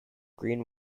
green